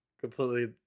completely